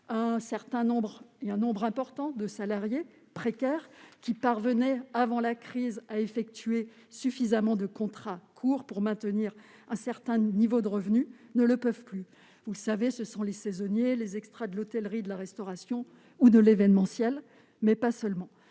en contrat court. Un nombre important de salariés précaires qui parvenaient, avant la crise, à enchaîner suffisamment de contrats courts pour maintenir un certain niveau de revenus ne le peuvent plus. Il s'agit des saisonniers, des extras de l'hôtellerie et de la restauration ou de l'événementiel, mais pas seulement.